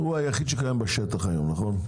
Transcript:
הוא היחיד שקיים בשטח היום נכון?